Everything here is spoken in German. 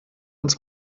uns